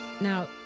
Now